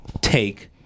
take